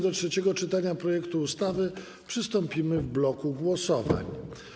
Do trzeciego czytania projektu ustawy przystąpimy w bloku głosowań.